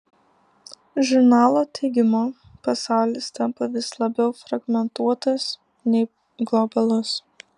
žurnalo teigimu pasaulis tampa vis labiau fragmentuotas nei globalus